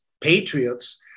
patriots